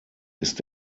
ist